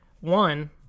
One